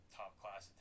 top-class